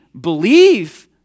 believe